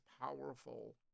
powerful